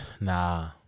Nah